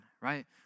right